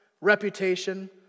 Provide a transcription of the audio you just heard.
reputation